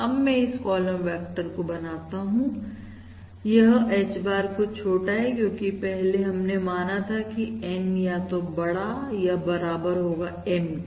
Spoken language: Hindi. अब मैं इस कॉलम वेक्टर को बनाता हूं यह Hbar कुछ छोटा है क्योंकि पहले हमने माना था कि N या तो बड़ा या बराबर होगा M के